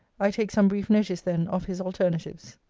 i take some brief notice then of his alternatives